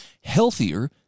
healthier